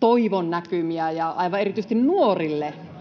toivon näkymiä ja aivan erityisesti nuorille pitäisi